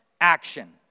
action